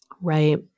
Right